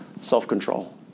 Self-control